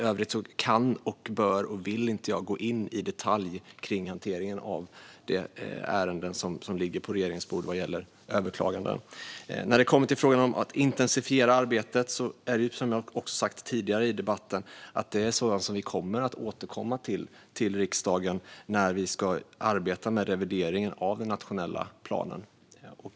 I övrigt varken kan, bör eller vill jag gå in i detalj på hanteringen av överklagandeärenden som ligger på regeringens bord. När det gäller frågan om att intensifiera arbetet kommer vi, som jag har sagt tidigare i debatten, att återkomma till riksdagen när vi ska arbeta med revideringen av den nationella planen.